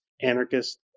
anarchist